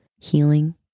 healing